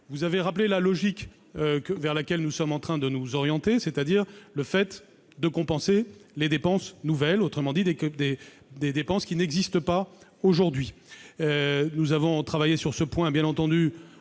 Vous avez rappelé la logique vers laquelle nous sommes en train de nous orienter, c'est-à-dire le fait de compenser les dépenses nouvelles, autrement dit des dépenses qui n'existent pas aujourd'hui. Nous avons évidemment travaillé sur ce point, en lien